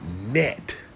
Net